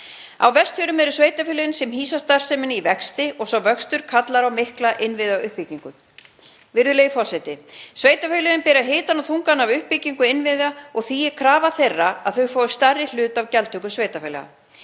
Á Vestfjörðum eru sveitarfélögin sem hýsa starfsemina í vexti og sá vöxtur kallar á mikla innviðauppbyggingu. Virðulegi forseti. Sveitarfélögin bera hitann og þungann af uppbyggingu innviða og því er krafa þeirra að þau fái stærri hlut af gjaldtöku sveitarfélaga.